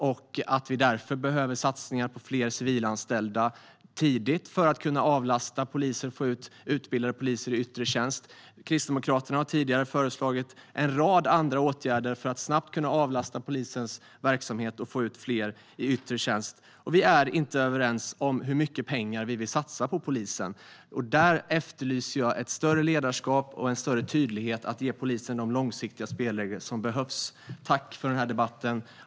Vi behöver därför satsningar på fler civilanställda tidigt för att kunna avlasta polisen och få ut utbildade poliser i yttre tjänst. Kristdemokraterna har tidigare föreslagit en rad andra åtgärder för att snabbt kunna avlasta polisens verksamhet och få ut fler i yttre tjänst. Vi är inte överens om hur mycket pengar vi vill satsa på polisen. Där efterlyser jag bättre ledarskap och större tydlighet för att ge polisen de långsiktiga spelregler som behövs. Tack för den här debatten!